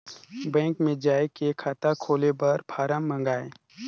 Bank मे जाय के खाता खोले बर फारम मंगाय?